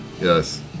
Yes